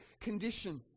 condition